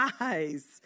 eyes